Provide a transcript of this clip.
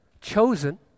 chosen